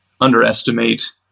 underestimate